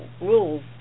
rules